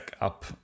up